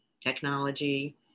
technology